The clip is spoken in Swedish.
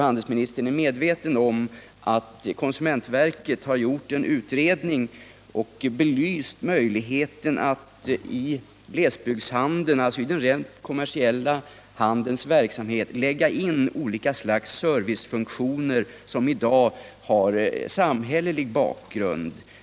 Handelsministern är säkert medveten om att konsumentverket gjort en utredning som belyst möjligheten att i den rent kommersiella glesbygdshandelns verksamhet lägga in olika slags servicefunktioner som i dag har samhällelig bakgrund.